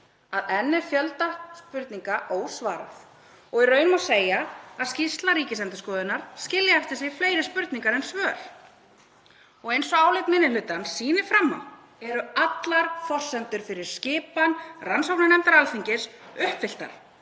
að enn er fjölda spurninga ósvarað og í raun má segja að skýrsla Ríkisendurskoðunar skilji eftir sig fleiri spurningar en svör. Og eins og álit minni hlutans sýnir fram eru allar forsendur fyrir skipan rannsóknarnefndar Alþingis uppfylltar,